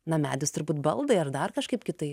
na medis turbūt baldai ar dar kažkaip kitaip